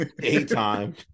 daytime